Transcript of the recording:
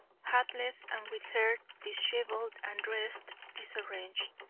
hatless, and with hair disheveled and dress disarranged.